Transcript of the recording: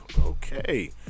Okay